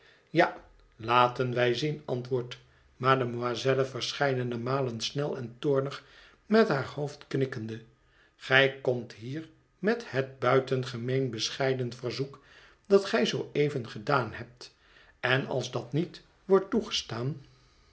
ja laten wij zien antwoordt mademoiselle verscheidene malen snel en toornig met haar hoofd knikkende gij komt hier met hét buitengemeen bescheiden verzoek dat gij zoo even gedaan hebt en als dat niet wordt toegestaan